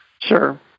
Sure